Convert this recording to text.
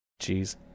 Jeez